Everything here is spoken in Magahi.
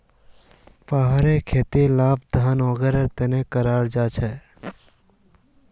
पहाड़ी खेतीर लाभ धान वागैरहर तने कराल जाहा